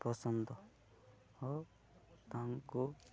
ପସନ୍ଦ ଓ ତାଙ୍କୁ